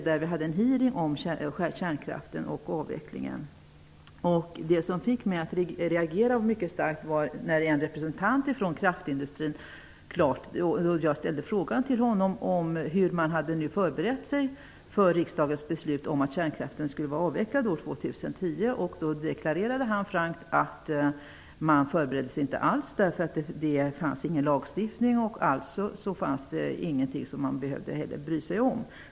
Det som fick mig att reagera mycket starkt var när en representant från kraftindustrin på min fråga om hur man förberett sig efter riksdagens beslut om att kärnkraften skulle vara avvecklad år 2010, frankt deklarerade att man inte förberedde sig alls, eftersom det inte fanns någon lagstiftning, och det därför inte var något som man behövde bry sig om.